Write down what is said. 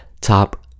top